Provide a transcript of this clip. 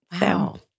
Wow